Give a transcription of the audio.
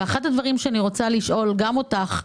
אחד הדברים שאני רוצה לשאול גם אותך,